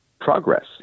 progress